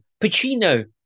Pacino